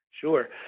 Sure